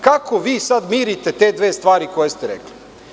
Kako sada mirite te dve stvari koje ste rekli?